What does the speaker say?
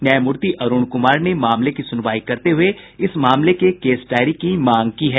न्यायमूर्ति अरूण कुमार ने मामले की सुनवाई करते हुए इस मामले के केस डायरी की मांग की है